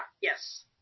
yes